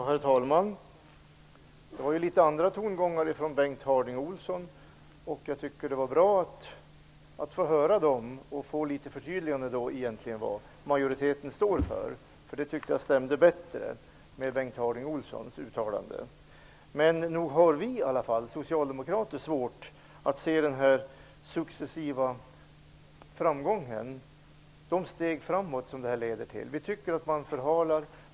Herr talman! Det var litet andra tongångar från Bengt Harding Olson. Jag tycker att det var bra att få höra dem och få något av ett förtydligande av vad majoriteten står för. Jag tycker att det stämmer bättre med Bengt Harding Olsons uttalande. Men nog har vi socialdemokrater svårt att se de successiva steg framåt som detta leder till. Vi tycker att man förhalar.